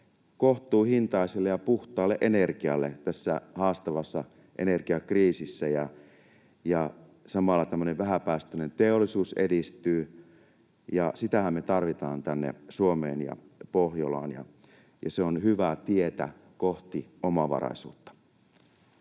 kohtuuhintaiselle ja puhtaalle energialle tässä haastavassa energiakriisissä. Samalla tämmöinen vähäpäästöinen teollisuus edistyy. Sitähän me tarvitaan tänne Suomeen ja Pohjolaan, ja se on hyvää tietä kohti omavaraisuutta.